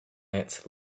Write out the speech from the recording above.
ants